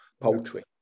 poultry